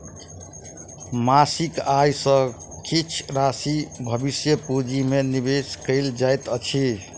मासिक आय सॅ किछ राशि भविष्य पूंजी में निवेश कयल जाइत अछि